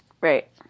Right